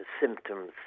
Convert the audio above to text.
symptoms